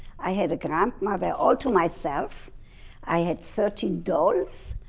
i had a grandmother all to myself i had thirteen dolls,